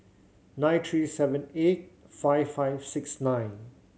nine three seven eight five five six nine